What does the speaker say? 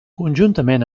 conjuntament